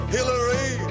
Hillary